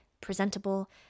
presentable